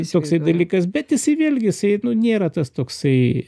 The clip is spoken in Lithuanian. jis toksai dalykas bet jisai vėlgi jisai nu nėra tas toksai